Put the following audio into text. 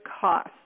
cost